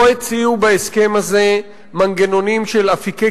לא הציעו בהסכם הזה מנגנונים של אפיקי